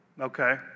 Okay